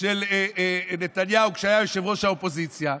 של נתניהו כשהיה ראש האופוזיציה.